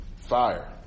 fire